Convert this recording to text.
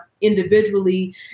individually